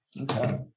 Okay